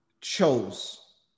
chose